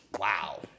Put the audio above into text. Wow